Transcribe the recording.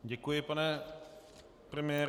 Děkuji, pane premiére.